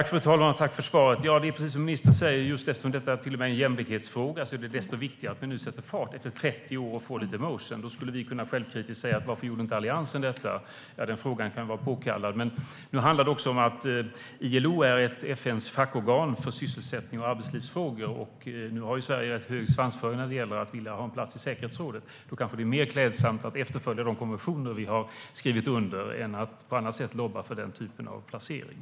Fru talman! Tack för svaret! Det är precis som ministern säger. Eftersom detta också är en jämlikhetsfråga är det desto viktigare att vi nu efter 30 år sätter fart och får lite motion. Vi skulle lite självkritiskt kunna säga: Varför gjorde inte Alliansen detta? Den frågan kan vara påkallad. Nu handlar det dock också om att ILO är ett FN-fackorgan för sysselsättning och arbetslivsfrågor, och Sverige har rätt hög svansföring när det gäller att vilja ha en plats i säkerhetsrådet. Då är det kanske mer klädsamt att efterfölja de konventioner vi har skrivit under än att på annat sätt lobba för den typen av placering.